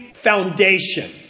Foundation